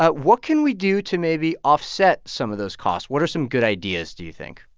ah what can we do to maybe offset some of those costs? what are some good ideas, do you think?